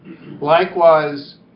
Likewise